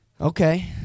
Okay